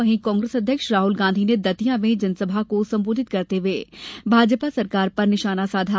वहीं कांग्रेस अध्यक्ष राहुल गांधी ने दतिया में जनसभा को सम्बोधित करते हुए भाजपा सरकार पर निशाना साधा